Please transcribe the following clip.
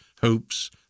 hopes